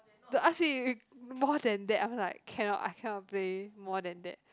don't ask me more than that I'm like cannot I cannot play more than that